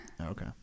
okay